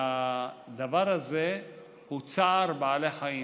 הדבר הזה הוא צער בעלי חיים.